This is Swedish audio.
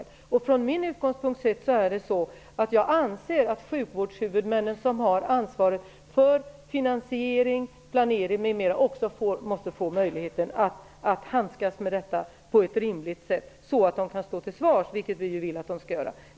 Jag anser utifrån min utgångspunkt att sjukvårdshuvudmännen, som har ansvar för finansiering, planering m.m., också måste få möjlighet att handskas med detta på ett rimligt sätt så att de kan stå till svars, vilket vi ju vill att de skall göra.